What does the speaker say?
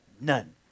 none